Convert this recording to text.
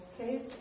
okay